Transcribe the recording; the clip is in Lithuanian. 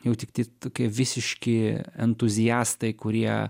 jau tikti tokie visiški entuziastai kurie